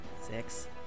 Six